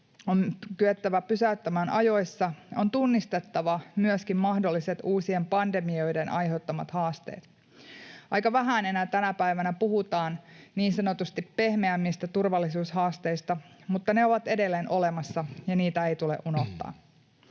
on kyettävä pysäyttämään ajoissa. On tunnistettava myöskin uusien pandemioiden aiheuttamat haasteet. Aika vähän enää tänä päivänä puhutaan niin sanotuista pehmeämmistä turvallisuushaasteista, mutta ne ovat edelleen olemassa ja niitä ei tule unohtaa.